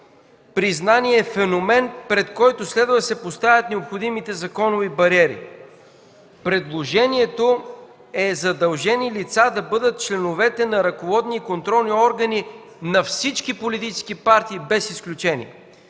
признание, е феномен, пред който следва да се поставят необходимите законови бариери. Предложението е задължени лица да бъдат членовете на ръководни и контролни органи на всички политически партии без изключение.